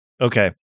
Okay